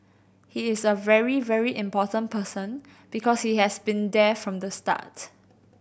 he is a very very important person because he has been there from the start